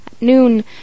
noon